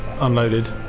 unloaded